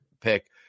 pick